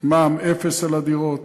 מע"מ אפס על דירות